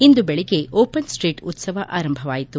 ಇಂದು ಬೆಳಿಗ್ಗೆ open sweet ಉತ್ಸವ ಆರಂಭವಾಯಿತು